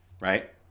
right